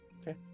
Okay